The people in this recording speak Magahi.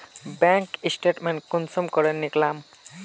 बैंक स्टेटमेंट कुंसम करे निकलाम?